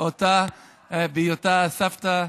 אותה על היותה סבתא.